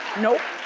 nope,